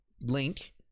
link